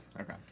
Okay